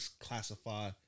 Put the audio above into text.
classify